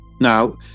Now